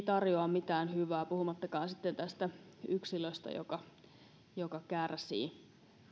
tarjoa mitään hyvää puhumattakaan sitten tästä yksilöstä joka joka kärsii